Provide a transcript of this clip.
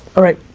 alright,